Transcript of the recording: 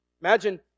Imagine